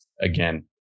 again